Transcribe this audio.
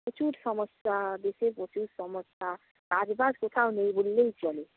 প্রচুর সমস্যা দেশে প্রচুর সমস্যা কাজ বাজ কোথাও নেই বললেই চলে